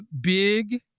big